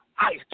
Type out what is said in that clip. Ice